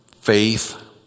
faith